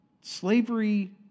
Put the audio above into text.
slavery